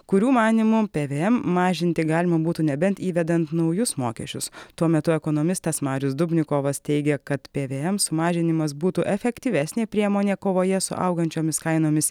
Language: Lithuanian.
kurių manymu pvm mažinti galima būtų nebent įvedant naujus mokesčius tuo metu ekonomistas marius dubnikovas teigia kad pvm sumažinimas būtų efektyvesnė priemonė kovoje su augančiomis kainomis